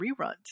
reruns